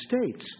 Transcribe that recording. States